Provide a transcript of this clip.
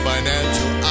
Financial